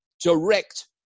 direct